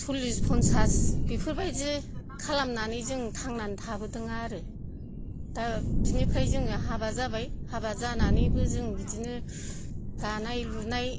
सलिस पन्सास बेफोरबायदि खालामनानै जों थांनानै थाबोदों आरो दा बिनिफ्राय जोङो हाबा जाबाय हाबा जानानैबो जों बिदिनो दानाय लुनाय